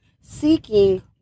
seeking